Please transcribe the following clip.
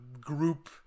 group